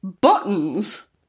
Buttons